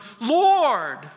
Lord